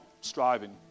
striving